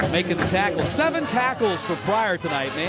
making the tackle. seven tackles for pryor tonight.